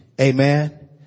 Amen